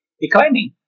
declining